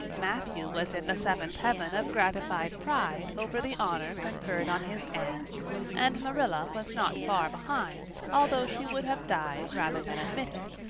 matthew was in the seventh heaven of gratified pride over the honor conferred on his anne and marilla was not far behind, although she would have died rather than admit it,